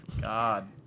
God